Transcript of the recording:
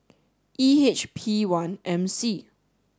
E H P one M C